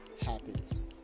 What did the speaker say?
happiness